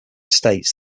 states